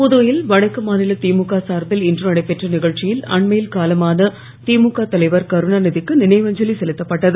புதுவையில் வடக்கு மாநில திமுக சார்பில் இன்று நடைபெற்ற நிகழ்ச்சியில் அண்மையில் காலமான திமுக தலைவர் கருணாநிதி க்கு நினைவஞ்சலி செலுத்தப்பட்டது